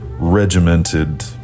regimented